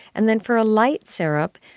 and then for a light syrup,